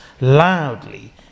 loudly